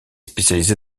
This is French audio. spécialisée